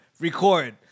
Record